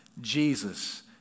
Jesus